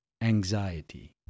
Anxiety